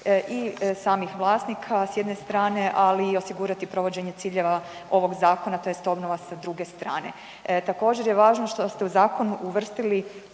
i samih vlasnika, s jedne strane, ali i osigurati provođenje ciljeva ovog zakona, tj. obnova sa druge strane. Također, je važno što ste u zakonu uvrstili